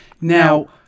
Now